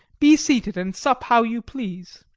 be seated and sup how you please.